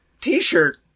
t-shirt